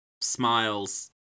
smiles